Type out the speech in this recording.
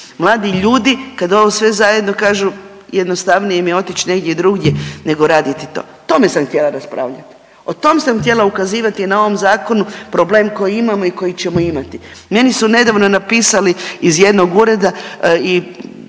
Mladi ljudi kad ovo sve zajedno kažu jednostavnije mi je otić negdje drugdje nego raditi to, o tome sam htjela raspravljat, o tom sam htjela ukazivati na ovom zakonu problem koji imamo i koji ćemo imati. Meni su nedavno napisali iz jedno ureda i